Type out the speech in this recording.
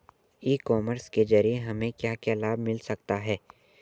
E commerce के ज़रिए हमें क्या क्या लाभ मिल सकता है?